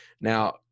Now